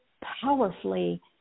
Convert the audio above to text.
powerfully